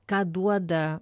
ką duoda